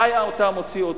מתי אתה מוציא אותו.